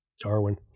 Darwin